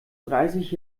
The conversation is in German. dreißig